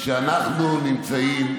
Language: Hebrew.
כשאנחנו נמצאים